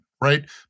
right